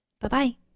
Bye-bye